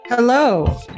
Hello